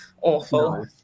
awful